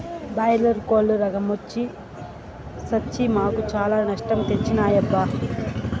boiler కోల్లు రోగ మొచ్చి సచ్చి మాకు చాలా నష్టం తెచ్చినాయబ్బా